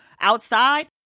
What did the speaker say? outside